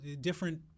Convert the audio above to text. different